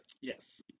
yes